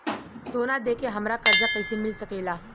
सोना दे के हमरा कर्जा कईसे मिल सकेला?